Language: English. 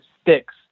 sticks